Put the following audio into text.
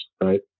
right